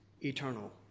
eternal